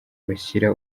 bashyira